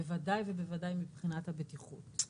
בוודאי ובוודאי מבחינת הבטיחות.